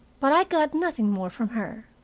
but i got nothing more from her.